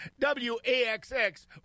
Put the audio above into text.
WAXX